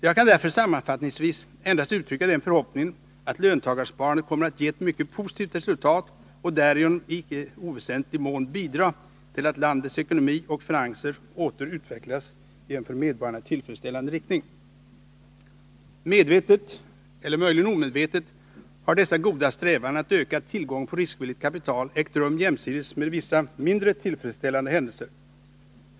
Jag kan därför sammanfattningsvis endast uttrycka den förhoppningen att löntagarsparandet kommer att ge ett mycket positivt resultat och därigenom i icke oväsentlig mån bidra till att landets ekonomi och finanser åter utvecklas i en för medborgarna tillfredsställande riktning. Medvetet — eller möjligen omedvetet — har dessa goda strävanden att öka tillgången på riskvilligt kapital ägt rum jämsides med vissa mindre tillfredsställande händelser.